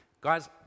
Guys